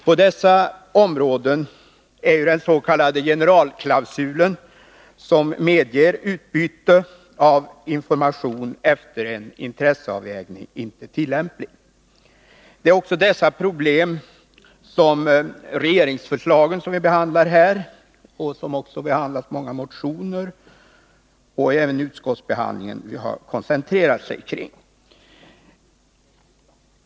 På dessa områden är den s.k. generalklausulen, som medger utbyte av information efter en intresseavvägning, inte tillämplig. Det är också dessa problem som tas upp i det regeringsförslag vi nu behandlar och i många motioner. Utskottsbehandlingen har också koncentrerats på detta.